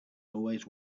always